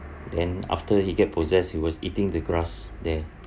then after he get possessed he was eating the grass there